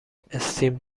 stem